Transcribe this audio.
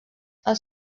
els